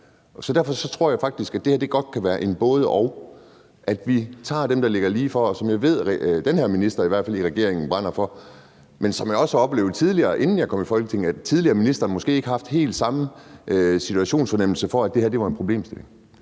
Så derfor tror jeg faktisk, at det her godt kan være et både-og, at vi så tager det, der ligger lige for, og som jeg ved at i hvert fald den her minister i regeringen brænder for, og tager en lang undersøgelse. Som jeg også har oplevet tidligere, inden jeg kom i Folketinget, havde tidligere ministre måske ikke helt samme situationsfornemmelse og fornemmelse for, at det her var en problemstilling.